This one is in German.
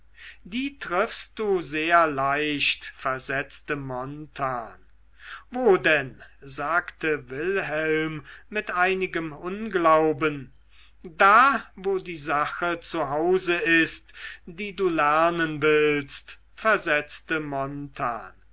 die triffst du sehr leicht versetzte montan wo denn sagte wilhelm mit einigem unglauben da wo die sache zu hause ist die du lernen willst versetzte